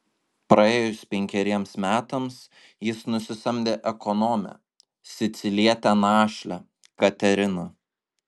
praėjus penkeriems metams jis nusisamdė ekonomę sicilietę našlę kateriną